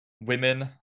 women